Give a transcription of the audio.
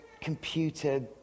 computer